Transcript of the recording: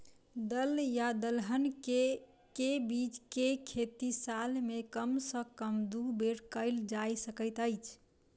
दल या दलहन केँ के बीज केँ खेती साल मे कम सँ कम दु बेर कैल जाय सकैत अछि?